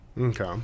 Okay